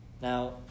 Now